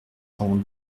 cent